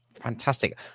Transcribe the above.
Fantastic